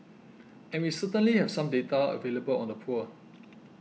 and we certainly have some data available on the poor